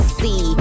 see